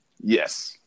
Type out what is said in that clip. Yes